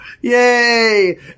Yay